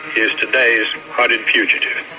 is today's hunted fugitive.